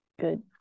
good